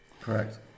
Correct